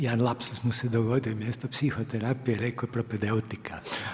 Jedan lapsus mu se dogodio, umjesto psiho terapije rekao je propedeutika.